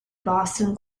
boston